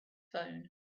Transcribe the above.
phone